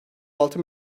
altı